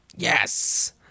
yes